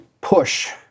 push